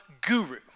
guru